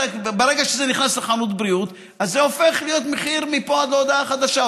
ברגע שזה נכנס לחנות בריאות זה הופך להיות מחיר מפה ועד להודעה חדשה.